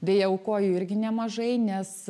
beje aukoju irgi nemažai nes